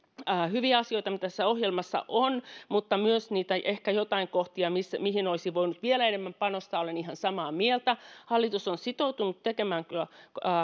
hyviä asioita mitä tässä ohjelmassa on mutta ehkä myös joitain kohtia mihin olisi voinut vielä enemmän panostaa olen ihan samaa mieltä hallitus on sitoutunut tekemään